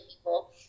people